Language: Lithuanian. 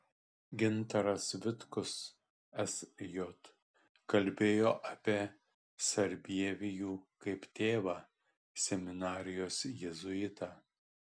gintaras vitkus sj kalbėjo apie sarbievijų kaip tėvą seminarijos jėzuitą